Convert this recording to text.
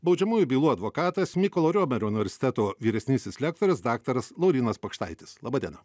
baudžiamųjų bylų advokatas mykolo riomerio universiteto vyresnysis lektorius daktaras laurynas pakštaitis laba diena